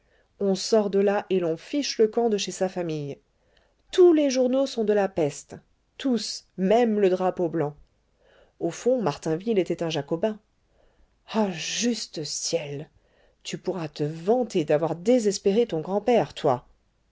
on sort de là et l'on fiche le camp de chez sa famille tous les journaux sont de la peste tous même le drapeau blanc au fond martainville était un jacobin ah juste ciel tu pourras te vanter d'avoir désespéré ton grand-père toi